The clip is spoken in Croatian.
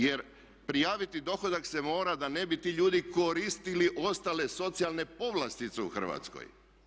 Jer prijaviti dohodak se mora da ne bi ti ljudi koristili ostale socijalne povlastice u Hrvatskoj.